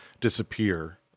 disappear